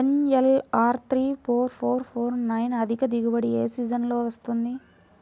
NLR three four four four nine అధిక దిగుబడి ఏ సీజన్లలో వస్తుంది?